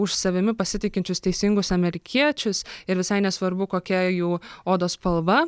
už savimi pasitikinčius teisingus amerikiečius ir visai nesvarbu kokia jų odos spalva